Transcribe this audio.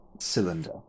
cylinder